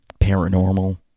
Paranormal